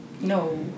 No